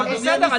אבל בסדר,